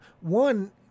one